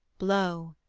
blow,